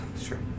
Sure